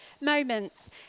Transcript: moments